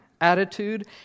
attitude